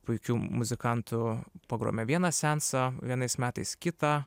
puikiu muzikantu pagrojome vieną seansą vienais metais kitą